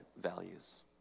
values